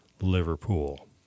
Liverpool